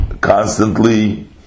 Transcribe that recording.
constantly